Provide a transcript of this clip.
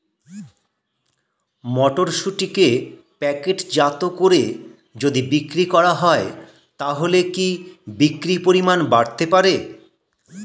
মটরশুটিকে প্যাকেটজাত করে যদি বিক্রি করা হয় তাহলে কি বিক্রি পরিমাণ বাড়তে পারে?